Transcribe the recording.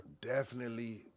Definitely-